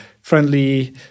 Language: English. friendly